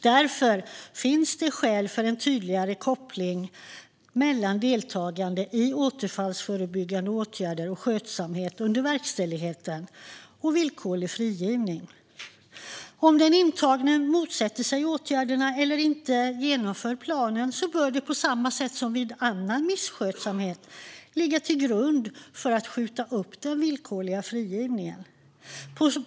Därför finns det skäl för en tydligare koppling mellan deltagande i återfallsförebyggande åtgärder och skötsamhet under verkställigheten och villkorlig frigivning. Om den intagne motsätter sig åtgärderna eller inte genomför planen bör det, på samma sätt som vid annan misskötsamhet, ligga till grund för att skjuta upp den villkorliga frigivningen.